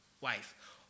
wife